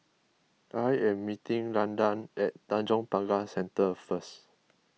I am meeting Landan at Tanjong Pagar Centre first